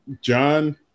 John